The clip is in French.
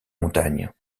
montagnes